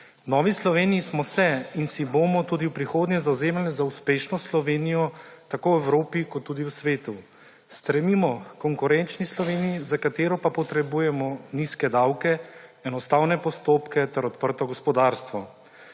Novi Sloveniji smo se in si bomo tudi v prihodnje zavzemali za uspešno Slovenijo tako v Evropi kot tudi v svetu. Stremimo h konkurenčni Sloveniji, za katero pa potrebujemo nizke davke, enostavne postopke ter odprto gospodarstvo.